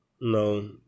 no